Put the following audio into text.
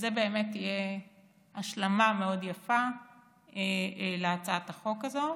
וזו באמת תהיה השלמה מאוד יפה להצעת החוק הזאת.